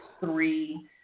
three